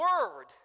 word